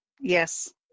Yes